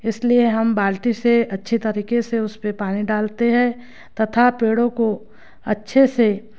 इसलिए हम बाल्टी से अच्छी तरीके से उसपे पानी डालते हैं तथा पेड़ों को अच्छे से